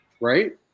right